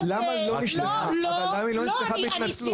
למה היא לא נפתחה בהתנצלות?